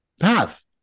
path